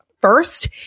first